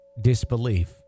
disbelief